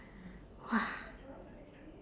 !wah!